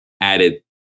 added